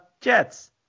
Jets